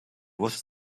was